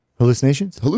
Hallucinations